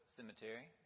Cemetery